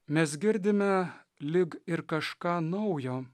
mes girdime lyg ir kažką naujo